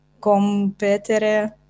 competere